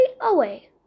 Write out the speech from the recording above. away